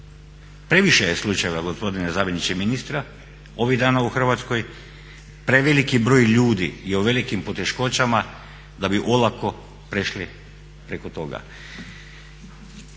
Previše je slučajeva gospodine zamjeniče ministra ovih dana u Hrvatskoj, preveliki broj ljudi je u velikim poteškoćama da bi olako prešli preko toga.